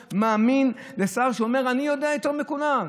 מאמין לשר שאומר : אני יודע יותר מכולם?